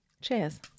Cheers